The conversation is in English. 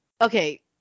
okay